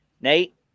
nate